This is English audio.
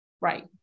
Right